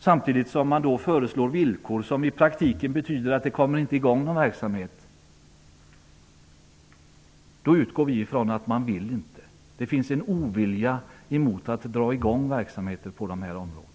Samtidigt föreslår man villkor som i praktiken betyder att det inte kommer i gång någon verksamhet. Då utgår vi från att man inte vill. Det finns en ovilja mot att dra i gång verksamheter på de här områdena.